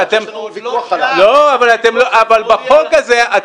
ואתם --- אבל בחוק הזה,